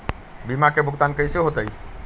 बीमा के भुगतान कैसे होतइ?